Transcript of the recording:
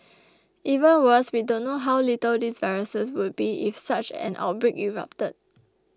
even worse we don't know how lethal these viruses would be if such an outbreak erupted